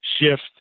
shift